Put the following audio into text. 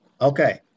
Okay